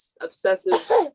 obsessive